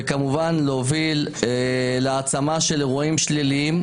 וכמובן להוביל להעצמה של אירועים שליליים.